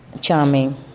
charming